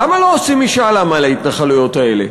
למה לא עושים משאל עם על ההתנחלויות האלה?